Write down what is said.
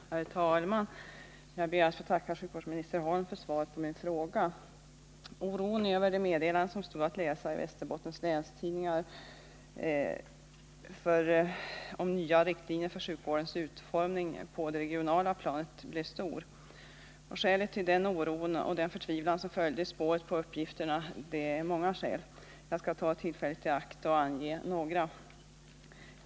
Herr talman! Jag ber att få tacka sjukvårdsminister Holm för svaret på min fråga. Oron över det meddelande som stod att läsa i Västerbottens läns tidningar om nya riktlinjer för sjukvårdens utformning på det regionala planet blev stor. Skälen till den oro och förtvivlan som följde efter uppgifterna är många. Jag skall ta tillfället i akt och ange några.